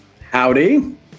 Howdy